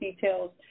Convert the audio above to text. details